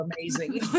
amazing